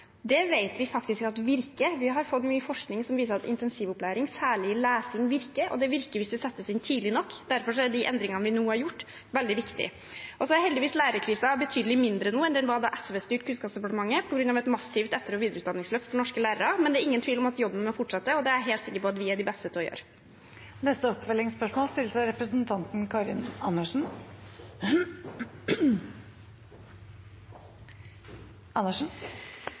Det vet vi faktisk virker. Vi har fått mye forskning som viser at intensivopplæring, særlig i lesing, virker, og at det virker hvis det settes inn tidlig nok. Derfor er de endringene vi nå har gjort, veldig viktige. Så er heldigvis lærerkrisen betydelig mindre nå enn den var da SV styrte Kunnskapsdepartementet, på grunn av et massivt etter- og videreutdanningsløft for norske lærere, men det er ingen tvil om at jobben må fortsette, og det er jeg helt sikker på at vi er de beste til å gjøre. Karin Andersen – til oppfølgingsspørsmål.